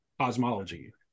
cosmology